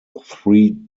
three